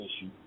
issue